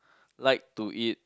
like to eat